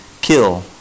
kill